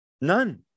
None